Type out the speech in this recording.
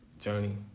journey